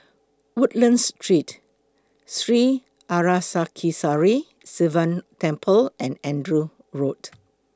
Woodlands Street Sri Arasakesari Sivan Temple and Andrew Road